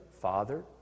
Father